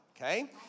okay